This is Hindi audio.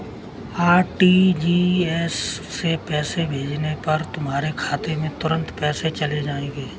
आर.टी.जी.एस से पैसे भेजने पर तुम्हारे खाते में तुरंत पैसे चले जाएंगे